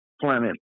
planet